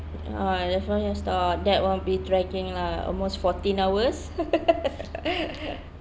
uh a few place stop that one be dragging lah almost fourteen hours